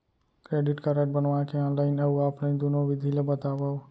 Credit card बनवाए के online अऊ ऑफलाइन दुनो विधि ला बतावव?